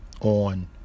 on